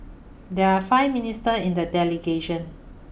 there are five minister in the delegation